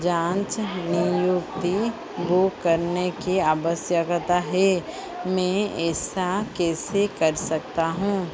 जान नियुक्ति वह करने की आवश्कता है में ऐसा कैसे कर सकता हूँ